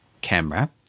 camera